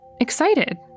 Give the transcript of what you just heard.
excited